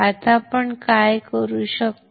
आता आपण काय करू शकतो